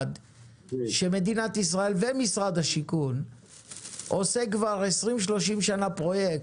מדינת ישראל ומשרד השיכון עושים כבר 30-20 שנה פרויקט,